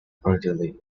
readily